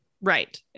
Right